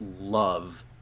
love